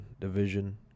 division